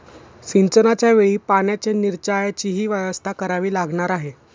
सिंचनाच्या वेळी पाण्याच्या निचर्याचीही व्यवस्था करावी लागणार आहे